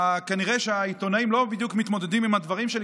כנראה שהעיתונאים לא בדיוק מתמודדים עם הדברים שלי,